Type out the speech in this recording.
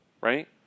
right